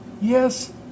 Yes